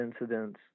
incidents